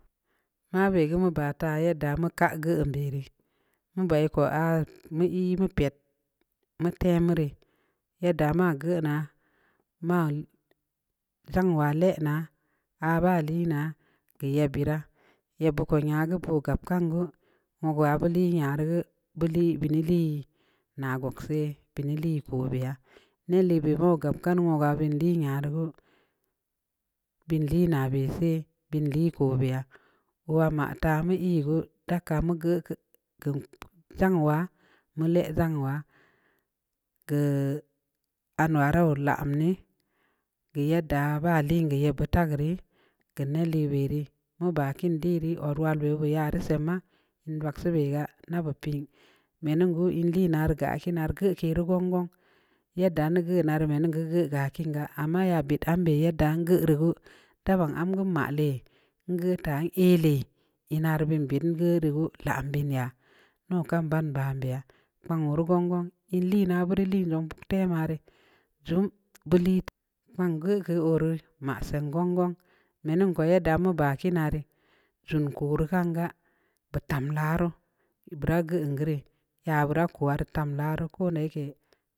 Ma bə geu ma bata yadda mu ka geu uyan bəri mbai ko a mə ii mə pya'at mə tə mere yadda ma gue na mal tha'an wa lə na a ba li na ya bəra ya bukun ya'a gue puka'ap kan gue mu gucwa belii ya'are gue belii benii lii na gukk sa'ay benii lii ku bii ya'a nə lii be mu ga'ap kan wu windi nyaru gue belii na bə sa'ay belii ku biya wa ma ta mə ii rə ta kama gue k gan chanwa'a mulə ndzan wa gueee anuwara wula am nə gue yaddda ba liingeu yəa ta beri kən na lii wəy ri mu ba kən lii rə ɔluwarə ya rə samma um bak sii bəga na bappii mə nən gue ii lə na gar ka no gue kərə gungun yadda nugue nəbr mə nə gungun ga kiin ga ama ya betan bə yadda nə gul ruhue tāan angum malə gue tan ii lāa ii nar bəən-bəən ii gue ruhu lam biin nia nu kam ban ba'am bi əb kpan wuru gaggan ii ləna vuru lii lung te ma rə jum belii pon gue kə ɔro ma səan gunggun mə niin kuyə damu ba ki na rə jum koro kanga bətam laru mbəra gal ngəra ya bərə temla ko da ya kəa.